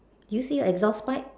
do you see an exhaust pipe